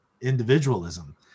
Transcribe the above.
individualism